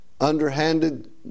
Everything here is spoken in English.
underhanded